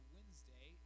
Wednesday